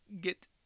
Get